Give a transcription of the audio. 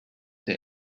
der